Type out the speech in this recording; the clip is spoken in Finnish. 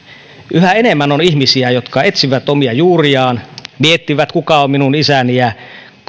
yhä enemmän on ihmisiä jotka etsivät omia juuriaan miettivät kuka on minun isäni ja